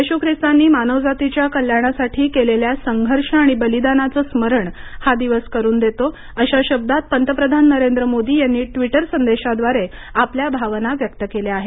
येशू ख्रिस्तांनी मानवजातीच्या कल्याणासाठी केलेल्या संघर्ष आणि बलिदानाचे स्मरण हा दिवस करून देतो अशा शब्दांत पंतप्रधान नरेंद्र मोदी यांनी ट्वीटर संदेशाद्वारे आपल्या भावना व्यक्त केल्या आहेत